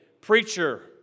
preacher